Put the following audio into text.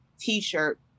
t-shirt